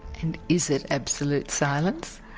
and is it absolute silence?